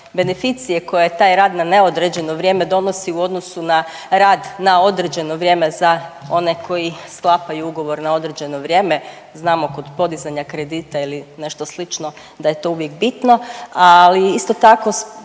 beneficije koje taj rad na neodređeno vrijeme donosi u odnosu na rad na određeno vrijeme za one koji sklapaju ugovor na određeno vrijeme, znamo kod podizanja kredita ili nešto slično da je to uvijek bitno, ali isto tako